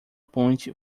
ponte